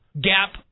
gap